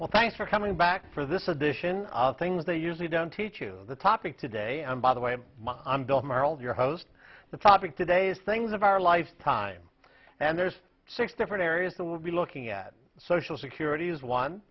well thanks for coming back for this edition of things they usually don't teach you the topic today and by the way my i'm bill maher all your host the topic today is things of our lifetime and there's six different areas that will be looking at social security is one